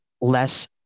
less